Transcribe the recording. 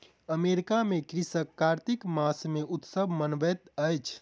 America में कृषक कार्तिक मास मे उत्सव मनबैत अछि